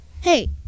Hey